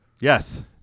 Yes